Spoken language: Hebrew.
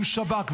עם שב"כ.